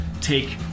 take